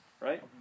right